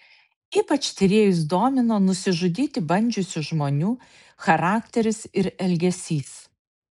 ypač tyrėjus domino nusižudyti bandžiusių žmonių charakteris ir elgesys